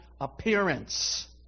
appearance